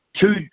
Two